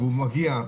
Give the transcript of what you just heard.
והוא מגיע,